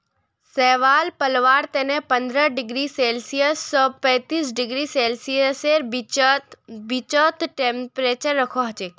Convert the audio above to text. शैवाल पलवार तने पंद्रह डिग्री सेल्सियस स पैंतीस डिग्री सेल्सियसेर बीचत टेंपरेचर रखवा हछेक